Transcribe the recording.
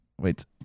wait